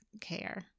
care